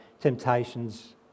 temptations